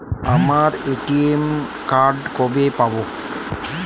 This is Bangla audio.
আমার এ.টি.এম কার্ড কবে পাব?